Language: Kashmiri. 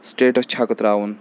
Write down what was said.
سِٹیٹَس چَھکہٕ ترٛاوُن